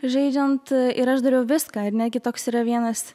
žaidžiant ir aš dariau viską ir netgi toks yra vienas